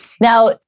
now